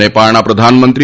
નેપાળના પ્રધાનમંત્રી કે